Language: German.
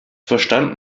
verstand